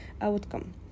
outcome